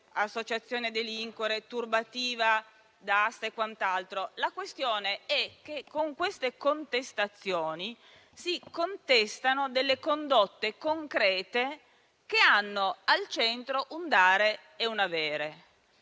associazione a delinquere, turbativa d'asta e quant'altro. La questione è che, con queste contestazioni, si contestano delle condotte concrete che hanno al centro un dare e un avere.